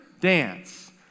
dance